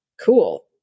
cool